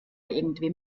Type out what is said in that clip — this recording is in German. irgendwem